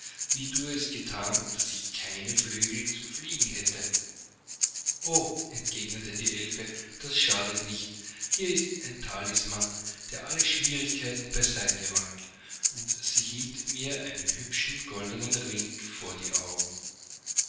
wie du es gethan daß ich keine flügel zum fliegen hätte o entgegnete die elfe das schadet nicht hier ist ein talisman der alle schwierigkeiten beiseite räumt und sie hielt mir einen hübschen goldenen ring vor die augen